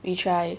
we try